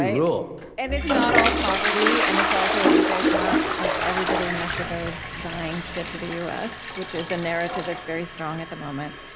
rule and it's not all poverty, and it's also, as you say, it's not like everybody in mexico is dying to get to the u s, which is a narrative that's very strong at the moment.